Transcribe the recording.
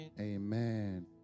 Amen